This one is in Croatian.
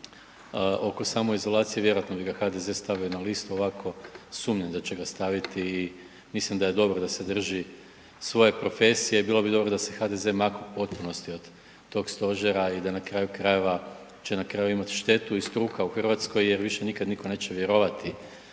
oko samoizolacije vjerojatno bi ga HDZ stavio na listu, ovako sumnjam da će ga staviti i mislim da je dobro da se drži svoje profesije i bilo bi dobro da se HDZ mako u potpunosti od tog stožera i da na kraju krajeva će na kraju imat štetu i struka u Hrvatskoj jer više nikad niko neće vjerovati